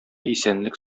исәнлек